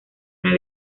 una